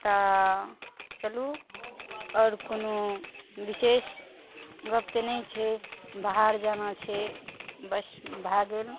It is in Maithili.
तऽ चलू आओर कोनो बिशेष गप तऽ नहि छै बाहर जाना छै बस भऽ गेल हँ